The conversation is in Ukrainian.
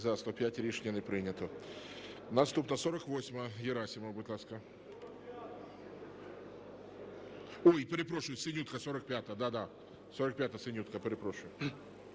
За-105 Рішення не прийнято. Наступна 48-а. Герасимов, будь ласка. Перепрошую, Синютка, 45-а. Да, 45-а, Синютка. Перепрошую.